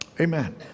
Amen